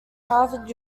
harvard